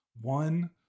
One